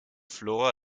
flora